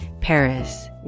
Paris